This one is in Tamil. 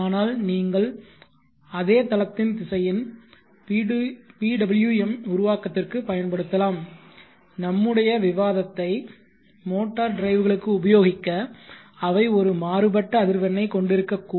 ஆனால் நீங்கள் அதே தளத்தின் திசையன் PWM உருவாக்கத்திற்கு பயன்படுத்தலாம் நம்முடைய விவாதத்தை மோட்டார் டிரைவ்களுக்கு உபயோகிக்க அவை ஒரு மாறுபட்ட அதிர்வெண்ணைக் கொண்டிருக்கக்கூடும்